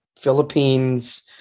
Philippines